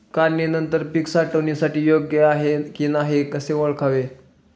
काढणी नंतर पीक साठवणीसाठी योग्य आहे की नाही कसे ओळखावे?